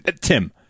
Tim